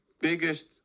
biggest